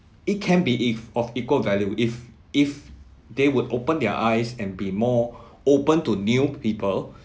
it can be if of equal value if if they would open their eyes and be more open to new people